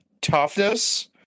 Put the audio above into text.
toughness